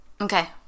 Okay